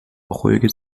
ruhige